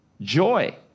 Joy